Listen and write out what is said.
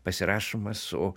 pasirašoma su